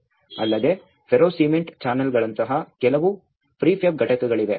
ಅಲ್ಲದೆ ferro cement ಚಾನೆಲ್ಗಳಂತಹ ಕೆಲವು ಪ್ರಿಫ್ಯಾಬ್ ಘಟಕಗಳಿವೆ